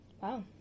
wow